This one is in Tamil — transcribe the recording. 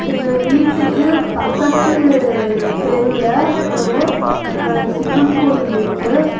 எங்கள் வீட்டுக்கு பக்கத்து தெருவில் ஒரு சிவன் கோயில் இருக்குது